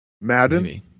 Madden